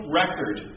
record